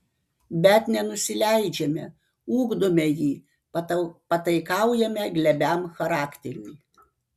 bet nenusileidžiame ugdome jį pataikaujame glebiam charakteriui